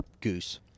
goose